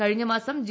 കഴിഞ്ഞ മാസം ജി